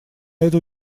эту